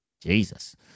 Jesus